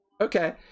okay